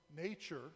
nature